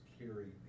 carry